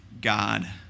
god